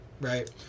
right